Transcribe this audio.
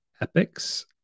epics